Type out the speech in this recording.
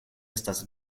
estas